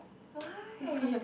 why